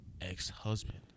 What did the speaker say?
ex-husband